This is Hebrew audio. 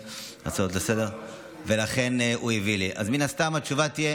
מן הסתם, התשובה תהיה